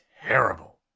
terrible